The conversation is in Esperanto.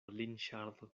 linŝardo